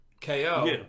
KO